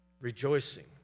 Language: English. rejoicing